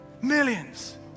millions